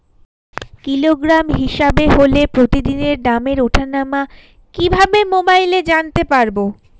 Kilogram হিসাবে হলে প্রতিদিনের দামের ওঠানামা কিভাবে মোবাইলে জানতে পারবো?